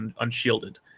unshielded